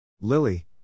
Lily